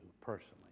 personally